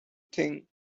thing